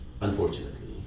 unfortunately